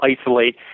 isolate